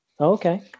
Okay